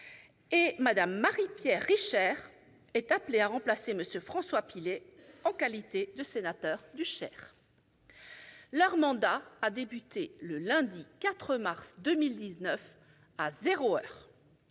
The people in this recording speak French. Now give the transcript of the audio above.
et Mme Marie-Pierre Richer est appelée à remplacer M. François Pillet en qualité de sénatrice du Cher. Leur mandat a débuté le lundi 4 mars 2019, à zéro heure.